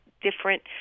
different